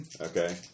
Okay